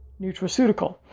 nutraceutical